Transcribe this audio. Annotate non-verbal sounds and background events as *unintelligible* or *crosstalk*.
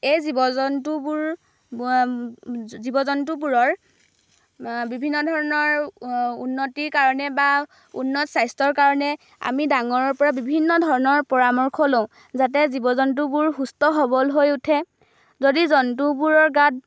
এই জীৱ জন্তুবোৰ *unintelligible* জীৱ জন্তুবোৰৰ বিভিন্ন ধৰণৰ উন্নতিৰ কাৰণে বা উন্নত স্বাস্থ্যৰ কাৰণে আমি ডাঙৰৰ পৰা বিভিন্ন ধৰণৰ পৰামৰ্শ লওঁ যাতে জীৱ জন্তুবোৰ সুস্থ সৱল হৈ উঠে যদি জন্তুবোৰৰ গাত